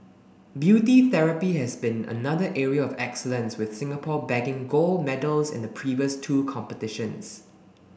beauty therapy has been another area of excellence with Singapore bagging gold medals in the previous two competitions